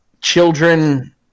children